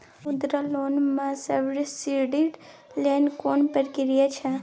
मुद्रा लोन म सब्सिडी लेल कोन प्रक्रिया छै?